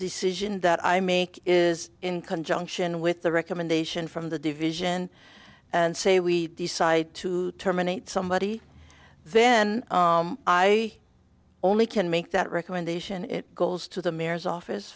decision that i make is in conjunction with the recommendation from the division and say we decide to terminate somebody then i only can make that recommendation it goes to the mayor's office